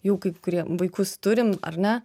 jau kaip kurie vaikus turim ar ne